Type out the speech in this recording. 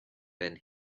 then